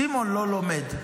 סימון לא לומד.